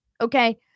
okay